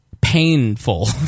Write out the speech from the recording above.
painful